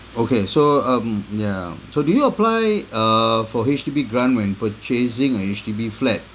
okay so um yeah so do you apply uh for H_D_B grant when purchasing a H_D_B flat